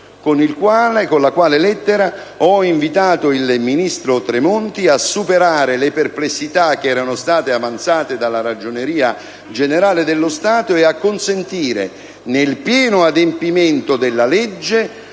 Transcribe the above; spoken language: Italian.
con la quale ho invitato il ministro Tremonti a superare le perplessità che erano state avanzate dalla Ragioneria generale dello Stato e a consentire, nel pieno adempimento della legge,